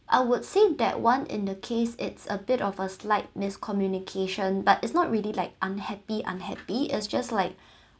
I would say that one in the case it's a bit of a slight miscommunication but it's not really like unhappy unhappy it's just like